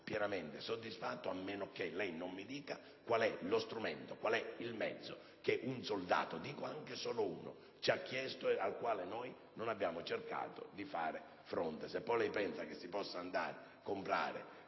pienamente soddisfatto, a meno che lei non mi dica qual è lo strumento, qual è il mezzo che un soldato, dico anche solo uno, ci ha chiesto e al quale noi non abbiamo cercato di far fronte. Se poi lei pensa che si possa andare a comprare